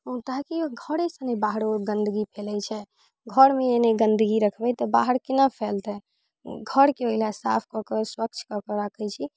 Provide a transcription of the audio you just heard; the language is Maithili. ताकि घरेसँ ने बाहरो गन्दगी फैलै छै घरमे जे ने गन्दगी रखबै तऽ बाहर केना फैलतै घरके ओइ ला साफ कऽ कऽ स्वच्छ कऽ कऽ राखै छी